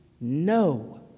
no